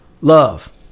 Love